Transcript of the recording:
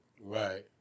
Right